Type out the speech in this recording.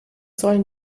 sollen